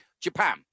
Japan